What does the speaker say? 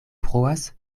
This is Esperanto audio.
bruas